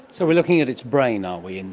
so we are looking at its brain, are we, and